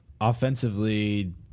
offensively